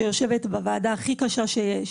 שיושבת בוועדה הכי קשה שיש,